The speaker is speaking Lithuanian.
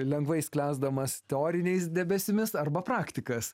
lengvai sklęsdamas teoriniais debesimis arba praktikas